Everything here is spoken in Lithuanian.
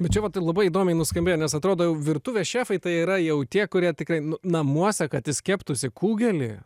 bet čia vat ir labai įdomiai nuskambėjo nes atrodo jau virtuvės šefai tai yra jau tie kurie tikrai nu namuose kad jis keptųsi kugelį